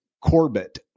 Corbett